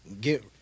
get